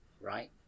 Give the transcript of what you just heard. right